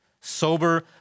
sober